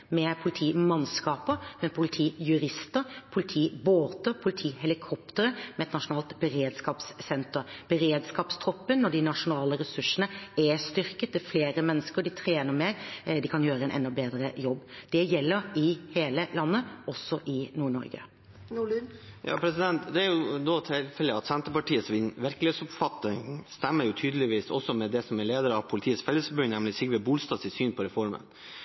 med politimannskaper, med politijurister, med politibåter, med politihelikoptre, med et nasjonalt beredskapssenter. Beredskapstroppen og de nasjonale ressursene er styrket. Det er flere mennesker. De trener mer. De kan gjøre en enda bedre jobb. Det gjelder i hele landet, også i Nord-Norge. Senterpartiets virkelighetsoppfatning stemmer tydeligvis med leder av Politiets Fellesforbund, Sigve Bolstad, sitt syn på reformen. I Bladet Vesterålen den 21. mai sa han: «Det er